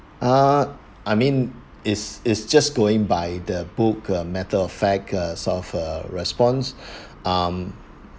ah I mean is is just going by the book a matter of fact uh sort of a response um